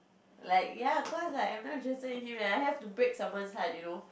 like ya cause like every time just say him I have to break someone heart you know